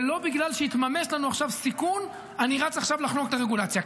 ולא בגלל שהתממש לנו עכשיו סיכון אני רץ עכשיו לחנוק את הרגולציה.